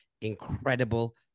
incredible